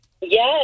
Yes